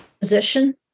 position